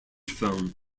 film